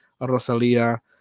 Rosalia